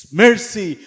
mercy